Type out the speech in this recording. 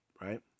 right